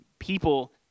People